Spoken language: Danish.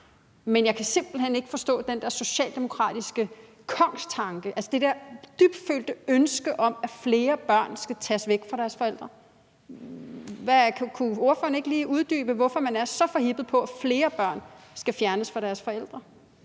Men jeg kan simpelt hen ikke forstå den der socialdemokratiske kongstanke, altså det der dybtfølte ønske om, at flere børn skal tages væk fra deres forældre. Kunne ordføreren ikke lige uddybe, hvorfor man er så forhippet på, at flere børn skal fjernes fra deres forældre?